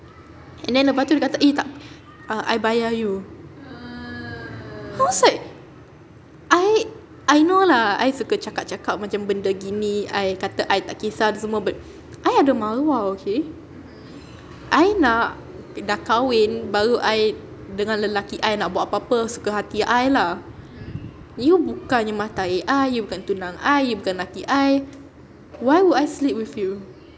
and then lepas tu dia kata eh tak uh I bayar you I was like I I know lah I suka cakap-cakap macam benda gini I kata I tak kisah tu semua but I ada maruah okay I nak dah kahwin baru I dengan lelaki I nak buat apa-apa suka hati I lah you bukannya matair I you bukan tunang I you bukan laki I why would I sleep with you